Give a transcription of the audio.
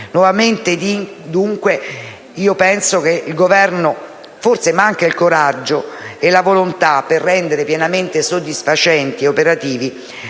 Nuovamente, dunque, penso che al Governo manchino il coraggio e la volontà per rendere pienamente soddisfacenti e operativi